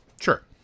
Sure